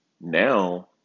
now